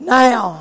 now